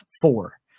four